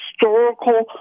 historical